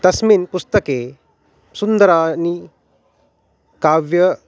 तस्मिन् पुस्तके सुन्दराणि काव्यानि